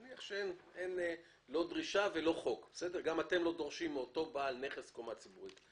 נניח שאתם גם לא דורשים מאותו בעל נכס קומה ציבורית.